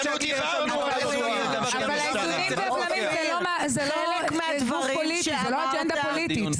--- אבל האיזונים והבלמים זה לא אג'נדה פוליטית,